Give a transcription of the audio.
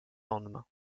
lendemain